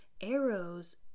arrows